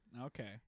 Okay